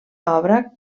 obra